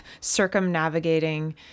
circumnavigating